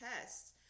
tests